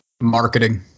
Marketing